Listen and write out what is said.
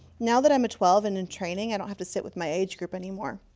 now that i'm a twelve and in training, i don't have to sit with my age group any more.